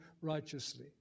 righteously